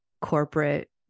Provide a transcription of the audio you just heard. corporate